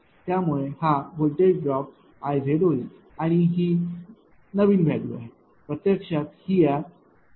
त्यामुळे आणि हा व्होल्टेज ड्रॉप IZहोईल आणि ही नवीन वैल्यू आहे प्रत्यक्षात ही या VSची नवीन वैल्यू आहे